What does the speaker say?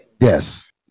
yes